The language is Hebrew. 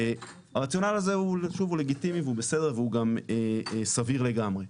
הרציונל הזה הוא שוב לגיטימי והוא בסדר והוא סביר לגמרי,